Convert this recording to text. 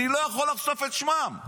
אני לא יכול לחשוף את שמותיהם.